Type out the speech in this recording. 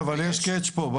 אבל יש קטש פה,